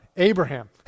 Abraham